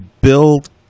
build